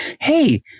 hey